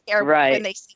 right